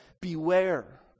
Beware